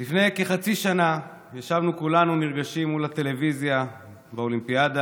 לפני כחצי שנה ישבנו כולנו נרגשים מול הטלוויזיה באולימפיאדה,